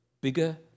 bigger